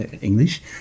English